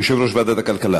יושב-ראש ועדת הכלכלה